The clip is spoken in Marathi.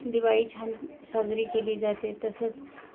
दिवाळी छान साजरी केली जाते तसंच